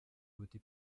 voter